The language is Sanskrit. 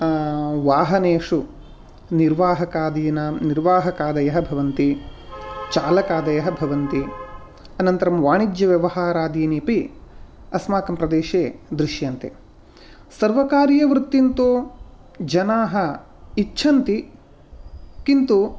वाहनेषु निर्वाहकादीनां निर्वाहकादयः भवन्ति चालकादयः भवन्ति अनन्तरं वाणिज्यव्यवहारादीनि अपि अस्माकं प्रदेशे दृश्यन्ते सर्वकारीयवृत्तिं तु जनाः इच्छन्ति किन्तु